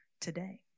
today